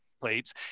plates